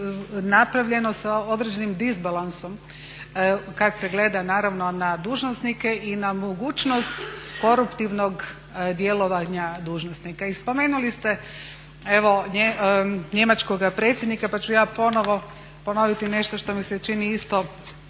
napravljeno sa određenim disbalansom kad se gleda naravno na dužnosnike i na mogućnost koruptivnog djelovanja dužnosnika. I spomenuli ste evo njemačkoga predsjednika pa ću ja ponovo ponoviti nešto što mi se čini isto